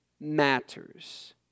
matters